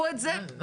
השלטון המקומי.